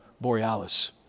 Borealis